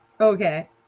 Okay